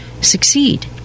succeed